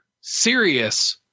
serious